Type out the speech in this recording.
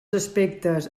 aspectes